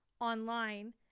online